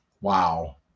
Wow